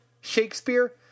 Shakespeare